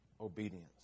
obedience